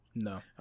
No